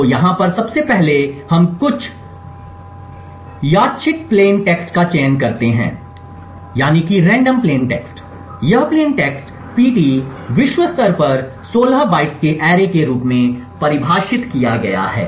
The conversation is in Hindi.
तो यहाँ पर सबसे पहले हम कुछ यादृच्छिक प्लेन टेक्स्ट का चयन करते हैं यह प्लेन टेक्स्ट pt विश्व स्तर पर 16 बाइट्स के एक अरे के रूप में परिभाषित किया गया है